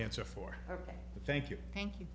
answer for ok thank you thank you